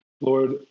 Lord